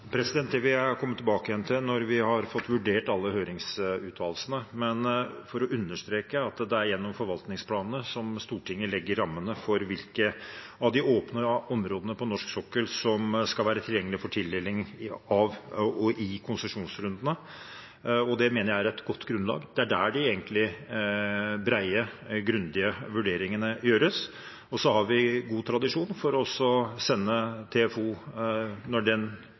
Det vil jeg komme tilbake igjen til når vi har fått vurdert alle høringsuttalelsene. Jeg vil understreke at det er gjennom forvaltningsplanene Stortinget legger rammene for hvilke av de åpne områdene på norsk sokkel som skal være tilgjengelige for tildeling i konsesjonsrundene, og det mener jeg er et godt grunnlag. Det er egentlig der de brede, grundige vurderingene gjøres. Vi har god tradisjon for å sende TFO, når den